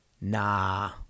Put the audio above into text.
Nah